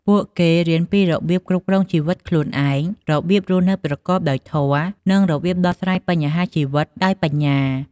ពួកគេរៀនពីរបៀបគ្រប់គ្រងចិត្តខ្លួនឯង របៀបរស់នៅប្រកបដោយធម៌ និងរបៀបដោះស្រាយបញ្ហាជីវិតដោយបញ្ញា។